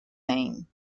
name